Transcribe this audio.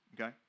Okay